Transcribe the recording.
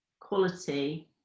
quality